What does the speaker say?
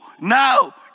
now